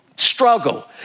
struggle